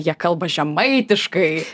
jie kalba žemaitiškai